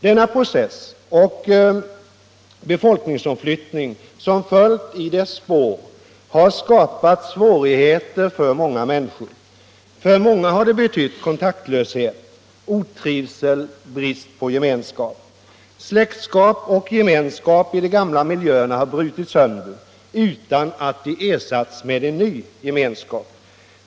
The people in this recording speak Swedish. Denna process och den befolkningsomflyttning som följt i dess spår har skapat svårigheter för många människor. För många har detta betytt kontaktlöshet, otrivsel, brist på gemenskap. Släktskap och gemenskap i de gamla miljöerna har brutits sönder utan att ersättas med en ny gemenskap.